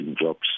jobs